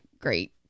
great